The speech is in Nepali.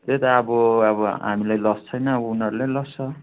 त्यही त अब अब हामीलाई लस छैन उनीहरूलाई लस छ